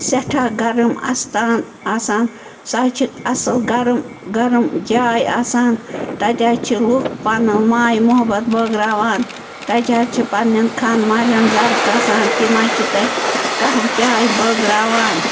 سٮ۪ٹھاہ گرم اَستان آسان سُہ حظ چھِ اصٕل گرم گرم جاے آسان تَتہِ حظ چھِ لُکھ پَنُن ماے محبت بٲگٕراوان تَتہِ حظ چھِ پَنٛنٮ۪ن خانہٕ مالٮ۪ن زَرٕ کاسان تِم حظ چھِ تَتہِ کاہوٕ چاے بٲگٕراوان